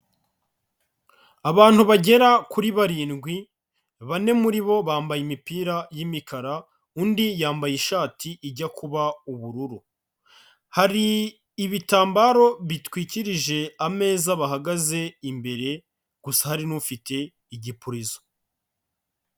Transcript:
Abantu bagera kuri barindwi, bane muri bo bambaye imipira y'imikara, undi yambaye ishati ijya kuba ubururu. Hari ibitambaro bitwikirije ameza bahagaze imbere, gusa hari n'ufite igipurizo.